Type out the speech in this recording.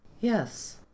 Yes